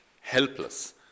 helpless